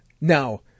Now